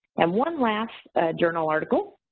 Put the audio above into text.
and one last journal article,